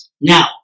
Now